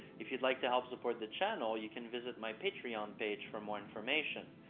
if you'd like to help support the channel, you can visit my patreon page for more information.